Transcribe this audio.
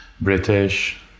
British